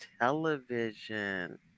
television